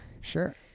Sure